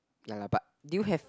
ya lah but do you have